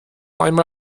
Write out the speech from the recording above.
einmal